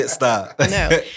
No